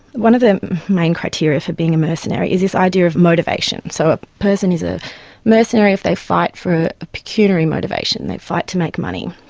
one of the main criteria for being a mercenary is this idea of motivation so, a person is a mercenary if they fight for a pecuniary motivation, they fight to make money.